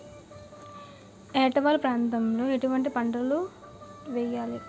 ఏటా వాలు ప్రాంతం లో ఎటువంటి పంటలు వేయాలి?